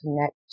connect